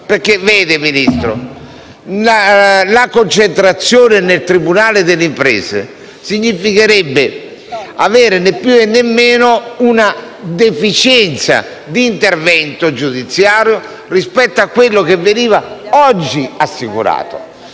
Signor Ministro, la concentrazione nel tribunale delle imprese significherebbe, né più né meno, una deficienza di intervento giudiziario rispetto a quanto oggi viene assicurato.